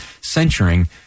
censuring